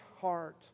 heart